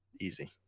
Easy